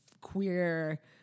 queer